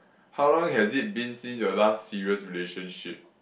how long has it been since your last serious relationship